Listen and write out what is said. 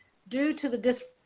due to the dis